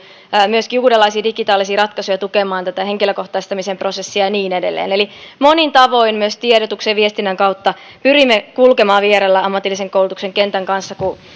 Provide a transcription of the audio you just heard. myöskin uudenlaisia digitaalisia ratkaisuja tukemaan henkilökohtaistamisen prosessia ja niin edelleen eli monin tavoin myös tiedotuksen ja viestinnän kautta pyrimme kulkemaan vierellä ammatillisen koulutuksen kentän kanssa kun